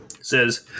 says